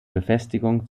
befestigung